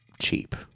cheap